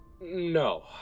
No